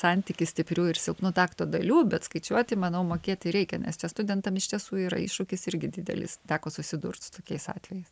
santykis stiprių ir silpnų takto dalių bet skaičiuoti manau mokėti reikia nes čia studentam iš tiesų yra iššūkis irgi didelis teko susidurt su tokiais atvejais